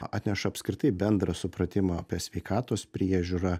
atneša apskritai bendrą supratimą apie sveikatos priežiūrą